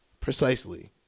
Precisely